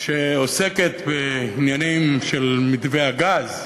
שעוסקת בעניינים של מתווה הגז,